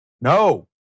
No